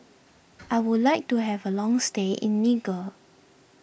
I would like to have a long stay in Niger